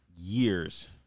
years